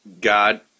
God